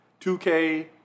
2K